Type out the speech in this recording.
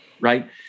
right